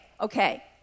okay